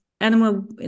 animal